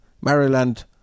Maryland